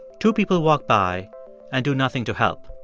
two people walk by and do nothing to help.